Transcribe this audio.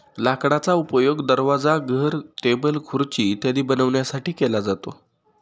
लाकडाचा उपयोग दरवाजा, घर, टेबल, खुर्ची इत्यादी बनवण्यासाठी केला जातो